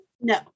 No